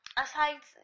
aside